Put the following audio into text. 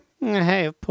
hey